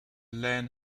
land